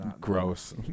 gross